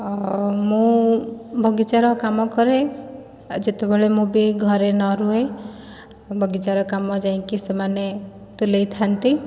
ମୁଁ ବଗିଚାର କାମ କରେ ଆ ଯେତେବେଳେ ବି ମୁଁ ଘରେ ନରୁହେ ବଗିଚାରେ କାମ ଯାଇକି ସେମାନେ ତୁଲାଇଥାନ୍ତି